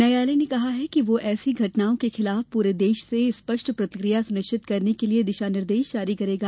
न्यायालय ने कहा कि वह ऐसी घटनाओं के खिलाफ पूरे देश से स्पष्ट प्रतिक्रिया सुनिश्चित करने के लिए दिशा निर्देश जारी करेगा